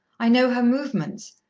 i know her movements,